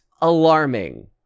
alarming